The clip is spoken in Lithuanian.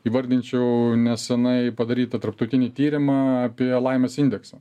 įvardinčiau nesenai padarytą tarptautinį tyrimą apie laimės indeksą